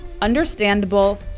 understandable